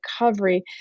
recovery